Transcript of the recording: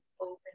open